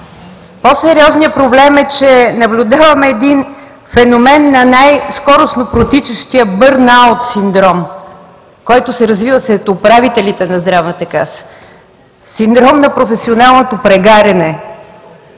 По-сериозният проблем е, че наблюдаваме един феномен на най-скоростно протичащия бърнаут синдром, който се развива сред управителите на Здравната каса, синдром на професионалното прегаряне,